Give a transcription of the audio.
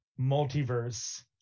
multiverse